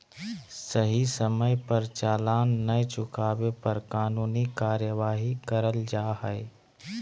सही समय पर चालान नय चुकावे पर कानूनी कार्यवाही करल जा हय